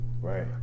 Right